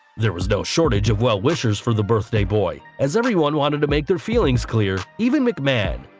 there was no shortage of well wishers for the birthday boy, as everyone wanted to make their feelings clear even mcmahon.